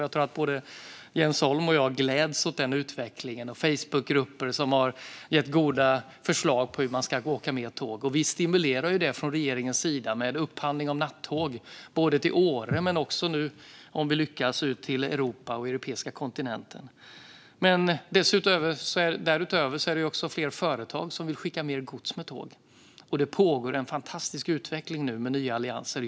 Jag tror att både Jens Holm och jag gläds över den utvecklingen och Facebookgrupper som har gett goda förslag på hur man ska åka mer tåg. Vi stimulerar det från regeringens sida med upphandling av nattåg både till Åre och, om vi lyckas, ut till Europa och den europeiska kontinenten. Därutöver är det också fler företag som vill skicka mer gods med tåg. Det pågår nu en fantastisk utveckling med nya allianser.